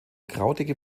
krautige